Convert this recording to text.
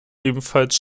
ebenfalls